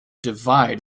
divide